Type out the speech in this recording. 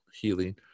healing